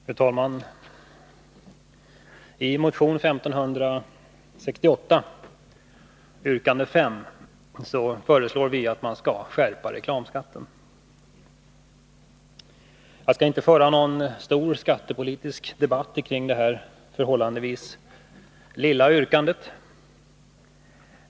Fru talman! I motion 1568, yrkande 5, föreslår vi att man skall skärpa reklamskatten. Jag skall inte föra någon stor skattepolitisk debatt kring detta förhållandevis lilla yrkande.